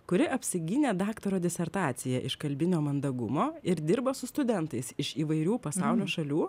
kuri apsigynė daktaro disertaciją iš kalbinio mandagumo ir dirba su studentais iš įvairių pasaulio šalių